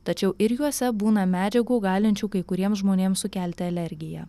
tačiau ir juose būna medžiagų galinčių kai kuriems žmonėms sukelti alergiją